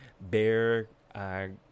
Bear